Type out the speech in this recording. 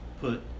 put